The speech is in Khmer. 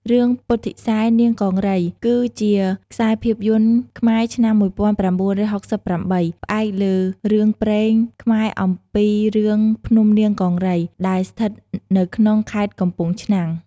រឿង ពុទ្ធិសែននាងកង្រី គឺជាខ្សែភាពយន្តខ្មែរឆ្នាំ១៩៦៨ ផ្អែកលើរឿងព្រេងខ្មែរអំពីរឿងភ្នំនាងកង្រី ដែលស្ថិតនៅក្នុងខេត្តកំពង់ឆ្នាំង។